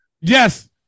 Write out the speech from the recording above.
Yes